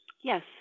Yes